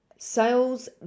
Sales